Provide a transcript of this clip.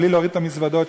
בלי להוריד את המזוודות,